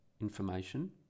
information